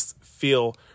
feel